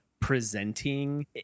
presenting